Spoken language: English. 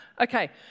Okay